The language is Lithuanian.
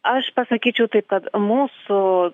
aš pasakyčiau taip kad mūsų